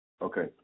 Okay